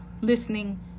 listening